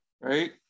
right